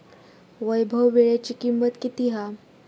वैभव वीळ्याची किंमत किती हा?